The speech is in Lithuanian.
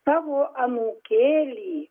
savo anūkėlį